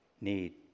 need